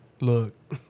Look